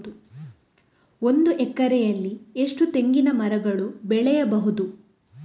ಒಂದು ಎಕರೆಯಲ್ಲಿ ಎಷ್ಟು ತೆಂಗಿನಮರಗಳು ಬೆಳೆಯಬಹುದು?